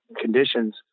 conditions